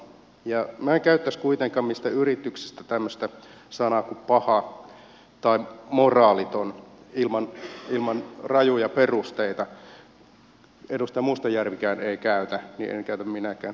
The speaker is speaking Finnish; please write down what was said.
minä en käyttäisi kuitenkaan mistään yrityksestä tämmöistä sanaa kuin paha tai moraaliton ilman rajuja perusteita kun edustaja mustajärvikään ei käytä niin en käytä minäkään